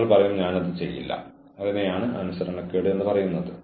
അച്ചടക്കം യഥാർത്ഥത്തിൽ ആവശ്യമാണോ എന്ന് കണ്ടെത്തുക